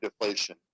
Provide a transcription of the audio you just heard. deflation